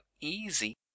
easy